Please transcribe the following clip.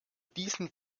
diesem